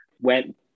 went